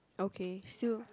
okay still